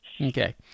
Okay